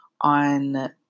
on